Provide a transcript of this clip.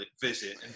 visit